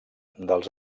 dels